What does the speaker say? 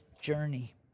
journey